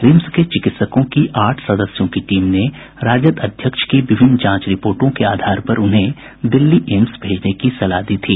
RIMS के चिकित्सकों की आठ सदस्यों की टीम ने राजद अध्यक्ष की विभिन्न जांच रिपोर्टों के आधार पर उन्हें दिल्ली एम्स भेजने की सलाह दी थी